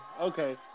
okay